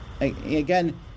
Again